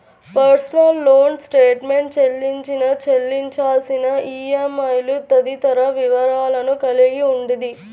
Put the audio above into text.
personal loan statement చెల్లించిన, చెల్లించాల్సిన ఈఎంఐలు తదితర వివరాలను కలిగి ఉండిద్ది